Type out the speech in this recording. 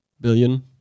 billion